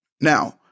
Now